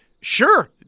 sure